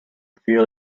feel